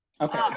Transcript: okay